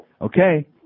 Okay